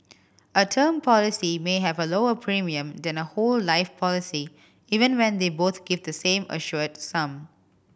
a term policy may have a lower premium than a whole life policy even when they both give the same assured sum